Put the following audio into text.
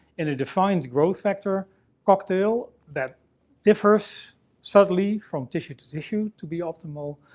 in a defined growth factor cocktail that differs subtly from tissue to tissue, to be optimal,